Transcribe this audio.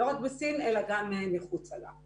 לא רק בסין אלא גם מחוצה לה.